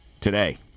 today